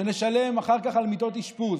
שנשלם אחר כך, על מיטות אשפוז